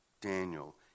Daniel